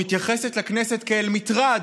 מתייחסת לכנסת כאל מטרד,